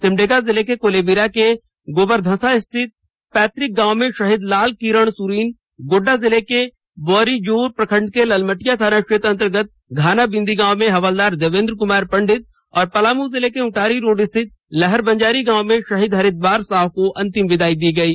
सिमडेगा जिले के कोलेबिरा के गोबरधंसा स्थित पैतृक गांव में शहीद लाल किरण सुरीन गोड़डा जिले के बोअरिजोर प्रखंड के ललमटिया थाना क्षेत्र अंतर्गत घाना बिंदी गांव में हवलदार देवेंद्र कुमार पंडित और पलामू जिले के उंटारी रोड स्थित लहर बंजारी गांव में शहीद हरिद्वार साव को अंतिम विदाई दी गयी